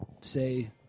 say